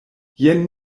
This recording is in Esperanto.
jen